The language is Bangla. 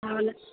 তাহলে